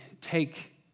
take